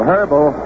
Herbal